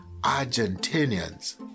Argentinians